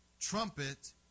trumpet